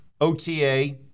OTA